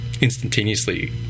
instantaneously